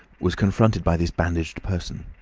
was confronted by this bandaged person.